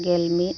ᱜᱮᱞ ᱢᱤᱫ